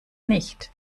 nicht